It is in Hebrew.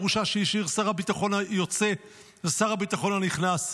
ירושה שהשאיר שר הביטחון המוצא לשר הביטחון הנכנס,